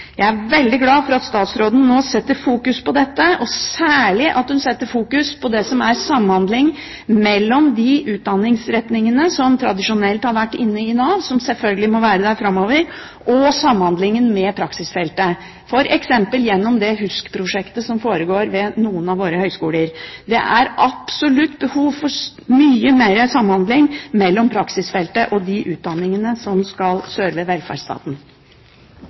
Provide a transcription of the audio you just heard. Jeg er veldig glad for at statsråden nå fokuserer på dette, og særlig at hun fokuserer på samhandling mellom de utdanningsretningene som tradisjonelt har vært inne i Nav, som selvfølgelig må være der framover, og samhandlingen med praksisfeltet, f.eks. gjennom de HUSK-prosjekter som foregår ved noen av våre høyskoler. Det er absolutt behov for mye mer samhandling mellom praksisfeltet og de utdanningene som skal serve velferdsstaten.